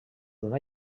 una